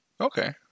Okay